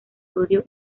sodio